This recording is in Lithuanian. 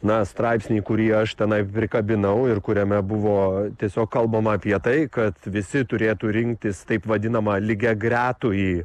na straipsnį kurį aš tenai prikabinau ir kuriame buvo tiesiog kalbama apie tai kad visi turėtų rinktis taip vadinamą lygiagretųjį